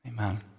Amen